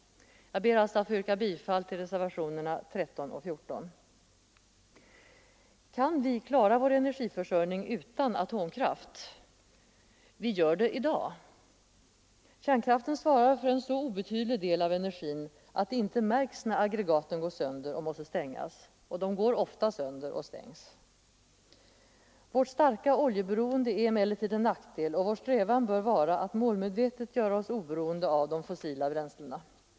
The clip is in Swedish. Jag ber alltså att få yrka bifall till reservationerna 13 och 14. Kan vi klara vår energiförsörjning utan atomkraft? Vi gör det i dag. Kärnkraften svarar för en så obetydlig del av energin att det inte märks när aggregaten går sönder och måste stängas — och de går ofta sönder och stängs. Vårt starka oljeberoende är emellertid en nackdel, och vår strävan bör vara att målmedvetet göra oss oberoende av de fossila bränslena.